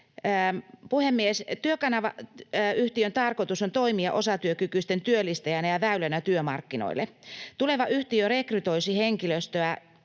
Puhemies! Työkanava-yhtiön tarkoitus on toimia osatyökykyisten työllistäjänä ja väylänä työmarkkinoille. Tuleva yhtiö rekrytoisi henkilöstöä,